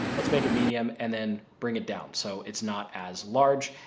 let's make a medium and then bring it down. so it's not as large.